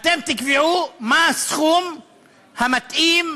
אתם תקבעו מה הסכום המתאים,